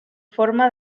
forma